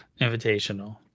invitational